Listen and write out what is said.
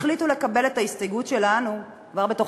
החליטו לקבל את ההסתייגות שלנו כבר בתוך